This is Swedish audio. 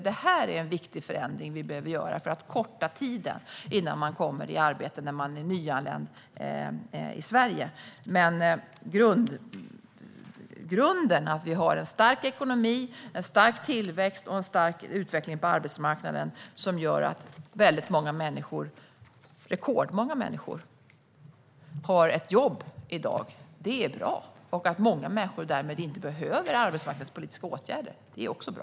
Det är en viktig förändring som vi behöver göra för att förkorta tiden innan man kommer i arbete när man är nyanländ i Sverige. Men grunden - att vi har en stark ekonomi, en stark tillväxt och en stark utveckling på arbetsmarknaden som gör att rekordmånga människor har ett jobb i dag - är bra. Därmed behöver många människor inte arbetsmarknadspolitiska åtgärder, och det är också bra.